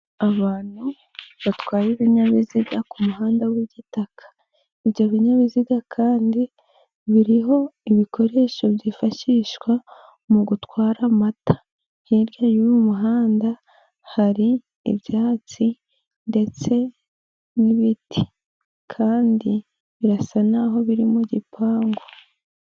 Abantu batwa ibinyabiziga ku kumuhanda w'igitaka, ibyo binyabiziga kandi biriho ibikoresho byifashishwa mu gutwara amata, hirya y'umuhanda hari ibyatsi ndetse n'ibiti kandi birasa n'aho biri mu gipangu.